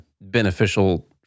beneficial